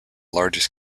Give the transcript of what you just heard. largest